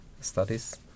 studies